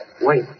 wait